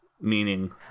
meaning